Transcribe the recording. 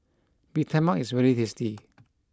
Bee Tai Mak is very tasty